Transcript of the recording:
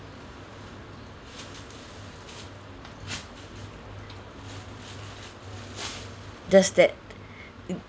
just that